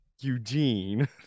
Eugene